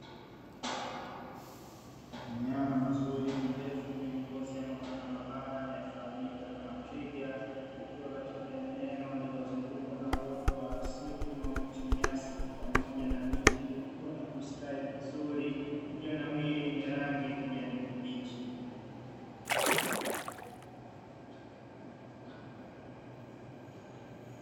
Mnyama mzuri mrefu mwenye ngozi ya mabaka mabaka, anayefahamika kama twiga, akiwa katika eneo lililozungukwa na uoto wa asili unaojumuisha nyasi pamoja na miti iliyokuwa na kustawi vizuri iliyonawiri yenye rangi ya kijani kibichi.